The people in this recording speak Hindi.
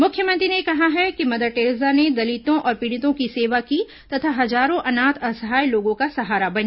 मुख्यमंत्री ने कहा है कि मदर टेरेसा ने दलितों और पीड़ितों की सेवा की तथा हजारों अनाथ असहाय लोगों का सहारा बनी